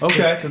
Okay